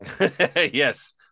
Yes